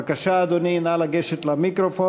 בבקשה, אדוני, נא לגשת למיקרופון.